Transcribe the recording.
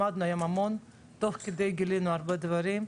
למדנו היום המון, תוך כדי גילינו הרבה דברים.